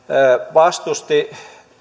vastusti